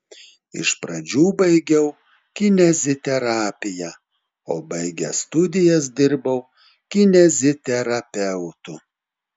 iš pradžių baigiau kineziterapiją o baigęs studijas dirbau kineziterapeutu